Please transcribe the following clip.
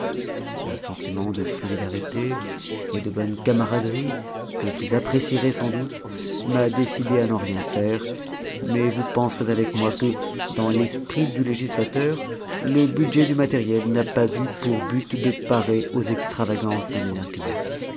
un sentiment de solidarité et de bonne camaraderie que vous apprécierez sans doute m'a décidé à n'en rien faire mais vous penserez avec moi que dans l'esprit du législateur le budget du matériel n'a pas eu pour but de parer aux extravagances d'un énergumène